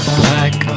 black